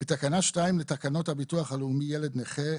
תקנה 2 בתקנה 2 לתקנות הביטוח הלאומי (ילד נכה),